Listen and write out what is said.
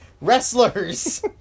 wrestlers